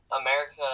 America